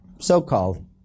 so-called